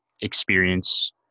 experience